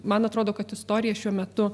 man atrodo kad istorija šiuo metu